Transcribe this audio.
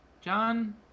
John